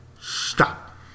Stop